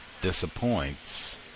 disappoints